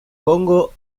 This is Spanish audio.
congo